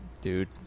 Dude